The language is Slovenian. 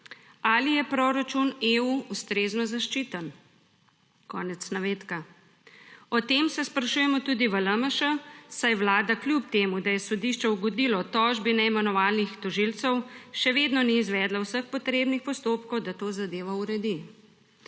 Ali je proračun EU ustrezno zaščiten?« Konec navedka. O tem se sprašujemo tudi v LMŠ, saj Vlada, kljub temu da je sodišče ugodilo tožbi neimenovanih tožilcev, še vedno ni izvedla vseh potrebnih postopkov, da to zadevo uredi.